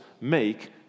make